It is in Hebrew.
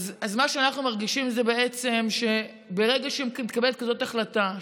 אז מה שאנחנו מרגישים זה שברגע שמתקבלת כזאת החלטה,